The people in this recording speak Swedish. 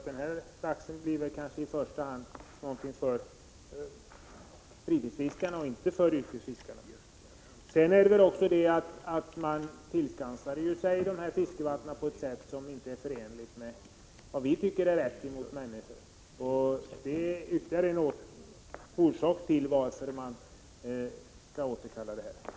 Denna lax blir väl i första hand någonting för fritidsfiskarna och inte för yrkesfiskarna. Beslutet om det fria handredskapsfisket innebar att man tillskansade sig fiskevatten på ett sätt som inte är förenligt med hur man behandlar människor. Det är ytterligare en orsak till att beslutet skall återkallas.